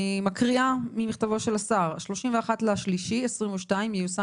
אני מקריאה ממכתבו של השר: 31.3.2022 ייושם